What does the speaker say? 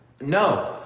no